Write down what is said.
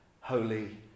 holy